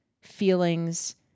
feelings